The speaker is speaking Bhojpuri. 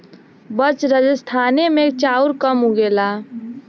बस राजस्थाने मे चाउर कम उगेला